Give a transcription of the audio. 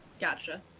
Gotcha